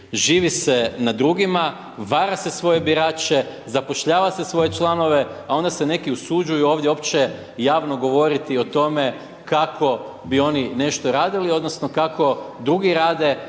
živi se na drugima, vara se svoje birače, zapošljava se svoje članove a onda se neki usuđuju ovdje uopće javno govoriti o tome kako bi oni nešto radili odnosno kako drugi rade